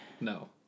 No